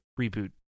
reboot